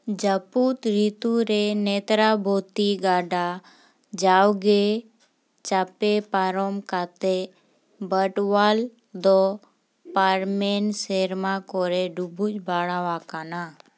ᱡᱟᱹᱯᱩᱛ ᱨᱤᱛᱩ ᱨᱮ ᱱᱮᱛᱨᱟ ᱵᱚᱛᱤ ᱜᱟᱰᱟ ᱡᱟᱣᱜᱮ ᱪᱟᱯᱮ ᱯᱟᱨᱚᱢ ᱠᱟᱛᱮ ᱵᱟᱴᱣᱟᱞ ᱫᱚ ᱯᱟᱨᱚᱢᱮᱱ ᱥᱮᱨᱢᱟ ᱠᱚᱨᱮ ᱰᱩᱵᱩᱡ ᱵᱟᱲᱟᱣᱟᱠᱟᱱᱟ